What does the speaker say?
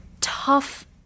tough